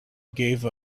gave